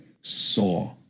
saw